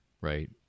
right